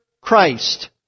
Christ